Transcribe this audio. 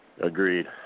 Agreed